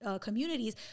communities